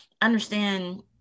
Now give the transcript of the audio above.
understand